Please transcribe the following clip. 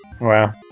Wow